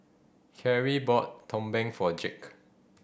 Carie bought Tumpeng for Jake